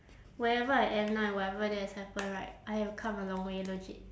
whoever I am now and whatever that has happened right I have come a long way legit